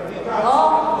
או,